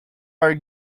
are